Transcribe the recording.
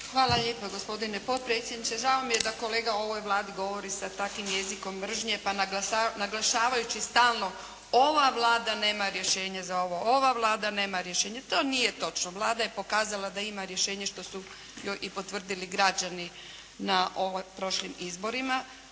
Hvala lijepa gospodine potpredsjedniče. Žao mi je da kolega o ovoj Vladi govori sa takvim jezikom mržnje, pa naglašavajući stalno ova Vlada nema rješenje za ovo, ova Vlada nema rješenje. To nije točno. Vlada je pokazala da ima rješenje što su potvrdili i građani na ovim prošlim izborima